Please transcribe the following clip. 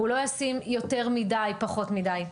הוא לא ישים יותר מדי או פחות מדי.